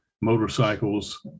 motorcycles